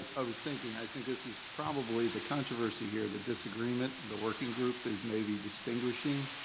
i was thinking, i think this is probably the controversy here, the disagreement, the working group is maybe distinguishing,